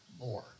more